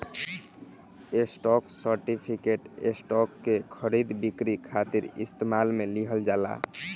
stock certificate, stock के खरीद बिक्री खातिर इस्तेमाल में लिहल जाला